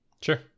Sure